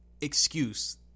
excuse